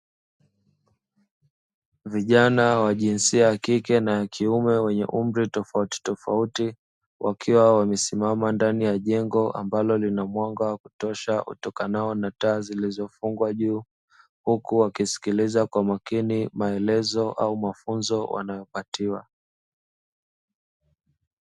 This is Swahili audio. Vijana wa jinsia ya kike na kiume wenye umri tofautitofauti, wakiwa wamesimama ndani ya jengo ambalo linamwaga wa kutosha utokanao na taa zilizofungwa juu, huku wakisikiliza kwa makini maelezo au mafunzo wanayopatiwa.